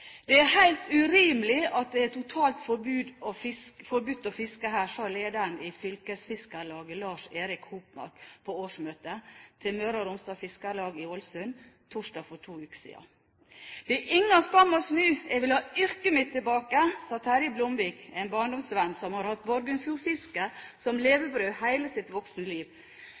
Det er helt urimelig at det er totalt forbudt å fiske her, sa lederen i fylkesfiskarlaget, Lars Erik Hopmark, på årsmøtet til Møre og Romsdal Fiskarlag i Ålesund torsdag for to uker siden. Det er ingen skam å snu. Jeg vil ha yrket mitt tilbake, sa Terje Blomvik, en barndomsvenn som har hatt Borgundfjordfiske som levebrød hele sitt voksne liv.